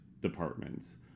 departments